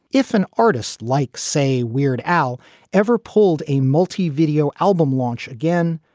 if an artist like, say, weird al ever pulled a multi video album launch again.